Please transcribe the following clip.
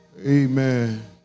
Amen